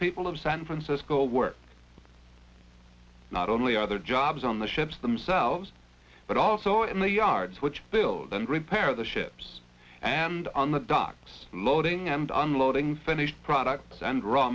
people of san francisco work not only other jobs on the ships themselves but also in the yards which build and repair the ships and on the docks loading and unloading finished products and raw